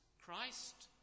Christ